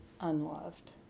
unloved